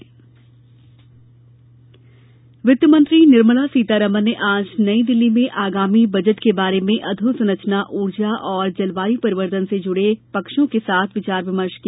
budget परामर्श वित्तमंत्री निर्मला सीतारमण ने आज नई दिल्ली में आगामी बजट के बारे में अधोसंरचना ऊर्जा और जलवायु परिवर्तन से जुड़े पक्षों के साथ विचार विमर्श किया